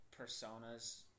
personas